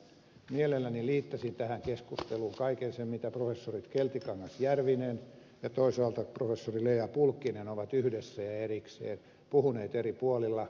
mielelläni liittäisin tähän keskusteluun kaiken sen mitä professorit keltikangas järvinen ja toisaalta professori lea pulkkinen ovat yhdessä ja erikseen puhuneet eri puolilla